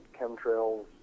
chemtrails